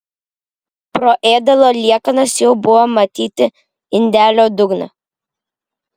pro ėdalo liekanas jau buvo matyti indelio dugnas